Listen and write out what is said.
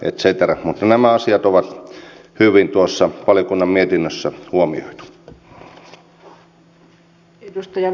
mutta nämä asiat on hyvin tuossa valiokunnan mietinnössä huomioitu